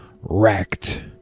Wrecked